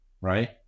right